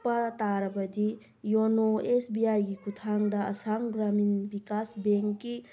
ꯄ ꯇꯥꯔꯕꯗꯤ ꯌꯣꯅꯣ ꯑꯦꯁ ꯕꯤ ꯑꯥꯏꯒꯤ ꯈꯨꯊꯥꯡꯗ ꯑꯁꯥꯝ ꯒ꯭ꯔꯥꯃꯤꯟ ꯕꯤꯀꯥꯁ ꯕꯦꯡꯀꯤ